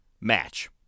match